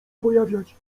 pojawiać